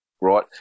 right